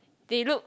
they look